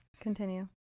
Continue